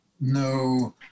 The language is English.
No